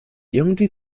irgendwie